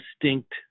distinct